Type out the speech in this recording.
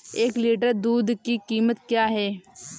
एक लीटर दूध की कीमत क्या है?